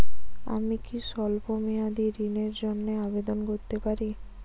আমি কি স্বল্প মেয়াদি ঋণের জন্যে আবেদন করতে পারি?